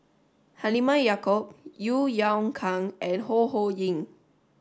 Halimah Yacob Yeo Yeow Kwang and Ho Ho Ying